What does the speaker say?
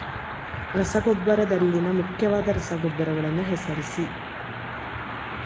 ರಸಗೊಬ್ಬರದಲ್ಲಿನ ಮುಖ್ಯವಾದ ರಸಗೊಬ್ಬರಗಳನ್ನು ಹೆಸರಿಸಿ?